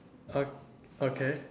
o~ okay